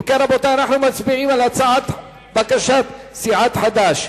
אם כן, רבותי, אנחנו מצביעים על בקשת סיעת חד"ש.